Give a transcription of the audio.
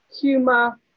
humor